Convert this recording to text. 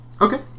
Okay